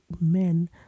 men